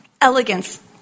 elegance